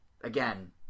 Again